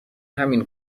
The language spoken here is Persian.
همین